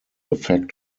effect